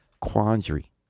quandary